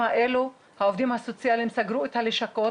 האלה העובדים הסוציאליים סגרו את הלשכות,